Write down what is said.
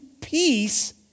peace